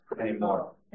anymore